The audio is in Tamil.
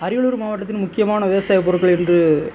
அரியலூர் மாவட்டத்தின் முக்கியமான விவசாயப் பொருட்கள் எங்கு